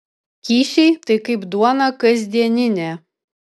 kyšiai tai kaip duona kasdieninė